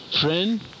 friend